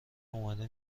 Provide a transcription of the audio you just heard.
اومده